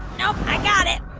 no. i got it